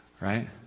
right